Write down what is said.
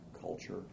culture